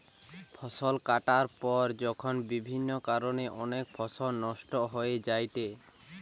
ফসল কাটার পর যখন বিভিন্ন কারণে অনেক ফসল নষ্ট হয়ে যায়েটে